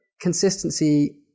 consistency